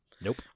Nope